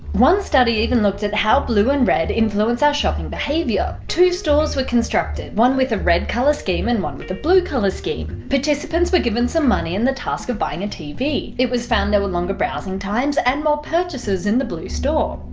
one study even looked at how blue and red influence our shopping behaviour. two stores were constructed, one with a red colour scheme and one with a blue colour scheme. participants were given some money and the task of buying a tv. it was found there were longer browsing times and more purchases in the blue store.